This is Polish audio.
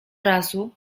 razu